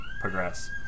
progress